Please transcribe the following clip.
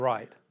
Right